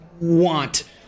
want